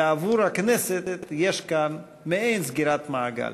ועבור הכנסת יש כאן מעין סגירת מעגל.